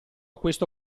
questo